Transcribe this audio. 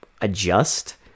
adjust